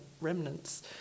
remnants